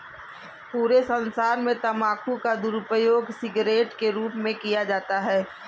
पूरे संसार में तम्बाकू का दुरूपयोग सिगरेट के रूप में किया जाता है